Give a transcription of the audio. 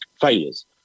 failures